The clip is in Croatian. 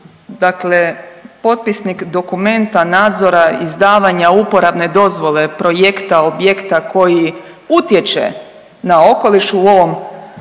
dakle potpisnik dokumenta i nadzora izdavanja uporabne dozvole projekta i objekta koji utječe na okoliš, u ovom